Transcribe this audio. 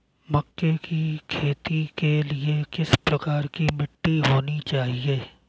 मक्के की खेती के लिए किस प्रकार की मिट्टी होनी चाहिए?